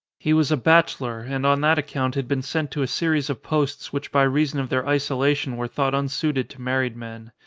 he was a bachelor and on that account had been sent to a series of posts which by reason of their isolation were thought unsuited to married men.